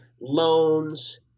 loans